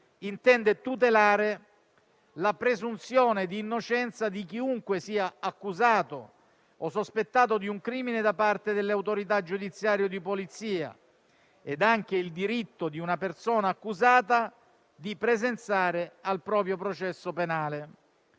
intende tutelare la presunzione di innocenza di chiunque sia accusato o sospettato di un crimine da parte delle autorità giudiziarie e di polizia e anche il diritto di una persona accusata di presenziare al proprio processo penale.